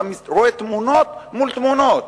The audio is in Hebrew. אתה רואה תמונות מול תמונות.